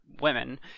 women